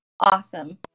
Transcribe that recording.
Awesome